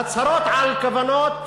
הצהרות על כוונות